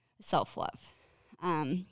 self-love